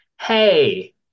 Hey